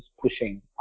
pushing